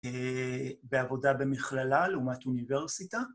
‫בעבודה במכללה לעומת אוניברסיטה.